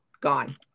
gone